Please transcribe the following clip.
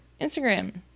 Instagram